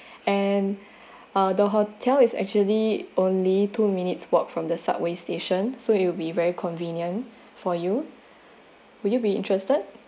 and ah the hotel is actually only two minutes walk from the subway station so it'll be very convenient for you would you be interested